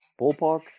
Ballpark